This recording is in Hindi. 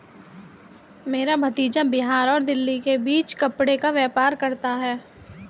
मेरा भतीजा बिहार और दिल्ली के बीच कपड़े का व्यापार करता है